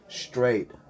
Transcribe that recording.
straight